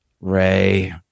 Ray